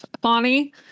Bonnie